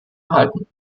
erhalten